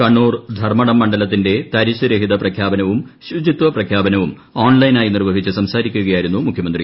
കണ്ണൂർ ധർമ്മടം മണ്ഡലത്തിന്റെ തരിശ് രഹിത പ്രഖ്യാപനവും ശുചിത്വ പ്രഖ്യാപനവും ഓൺലൈനായി നിർവഹിച്ച് സംസാരിക്കുകയായിരുന്നു ൃമുഖ്യമന്ത്രി